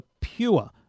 Pure